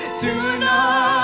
tonight